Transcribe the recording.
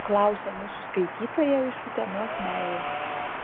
klausia mūsų skaitytoja iš utenos meilė